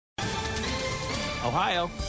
Ohio